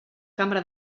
cambra